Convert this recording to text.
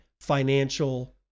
financial